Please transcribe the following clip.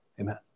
Amen